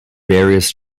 various